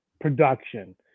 production